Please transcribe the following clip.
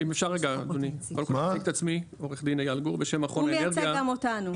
אני עורך דין איל גור -- הוא מייצג גם אותנו.